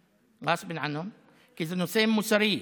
(אומר בערבית: על אפם ועל חמתם,) כי זה נושא מוסרי,